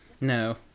No